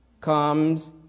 comes